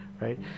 right